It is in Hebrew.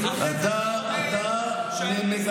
אחרי זה אתה אומר שאני מזדהה.